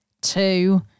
two